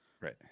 Right